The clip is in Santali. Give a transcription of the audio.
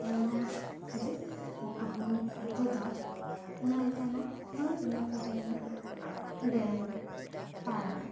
ᱚᱱᱟ ᱢᱩᱠᱩᱴᱢᱩᱱᱤᱯᱩᱨ ᱨᱮᱫᱚ ᱧᱮᱞ ᱛᱮᱱᱟᱜ ᱫᱚ ᱤᱱᱟᱹ ᱠᱚ ᱜᱮ ᱢᱮᱱᱟᱜ ᱟ ᱰᱮᱢ ᱯᱟᱨᱠ